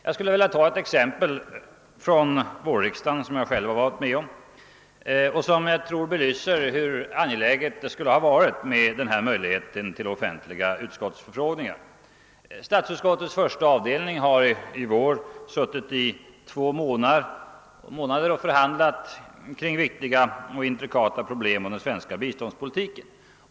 Jag skulle vilja ta ett exempel från vårriksdagen, som jag själv har varit med om och som jag tror belyser hur angeläget det skulle ha varit med möjligheten till offentliga utskottsutfrågningar. Statsutskottets första avdelning har i vår ägnat två månader åt förhandlingar kring mycket viktiga och in trikata problem i samband med den svenska biståndspolitiken.